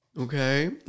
okay